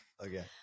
okay